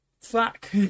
fuck